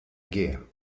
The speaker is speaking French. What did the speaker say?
guerre